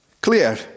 Clear